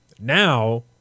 now